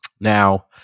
Now